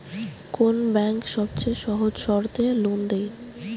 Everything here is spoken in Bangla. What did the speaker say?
কোন ব্যাংক সবচেয়ে সহজ শর্তে লোন দেয়?